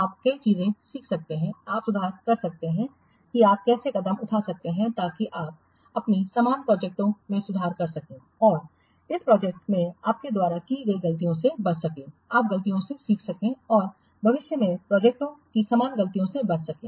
आप कई चीजें सीख सकते हैं आप सुधार कर सकते हैं कि आप कैसे कदम उठा सकते हैं ताकि आप अपनी समान प्रोजेक्टओं में सुधार कर सकें और इस प्रोजेक्ट में आपके द्वारा की गई गलतियों से बच सकें आप गलतियों से सीख सकते हैं और भविष्य में प्रोजेक्टओं की समान गलतियाँ से बच सकते हैं